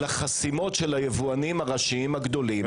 על החסימות של היבואנים הראשיים הגדולים,